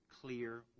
clear